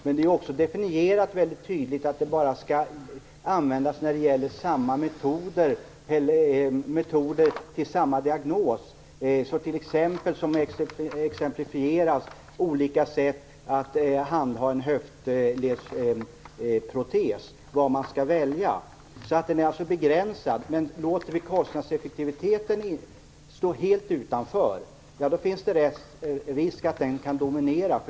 Men det är också mycket tydligt definierat att det bara skall användas när det gäller metoder till samma diagnos, t.ex. olika sätt att handha en höftledsprotes, vad man skall välja. Den är alltså begränsad. Men låter vi kostnadseffektiviteten stå helt utanför finns det risk för att den kan dominera.